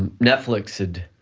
and netflix had